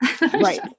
Right